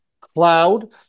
cloud